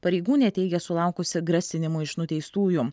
pareigūnė teigia sulaukusi grasinimų iš nuteistųjų